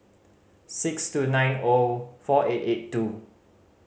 six two nine O four eight eight two